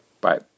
Bye